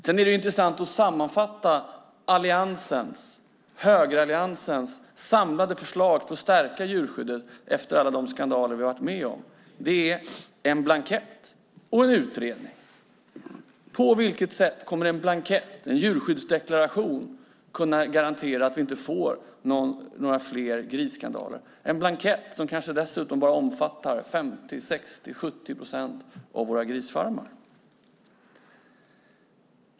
Sedan är det intressant att sammanfatta högeralliansens samlade förslag till att stärka djurskyddet efter alla de skandaler vi har varit med om. Det är en blankett och en utredning. På vilket sätt kommer en blankett, en djurskyddsdeklaration, att kunna garantera att vi inte får några fler griskadaver - en blankett som dessutom kanske bara omfattar 50, 60, 70 procent av våra grisfarmar.